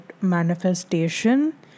manifestation